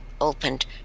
opened